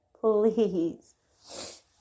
please